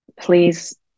Please